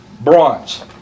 bronze